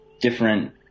different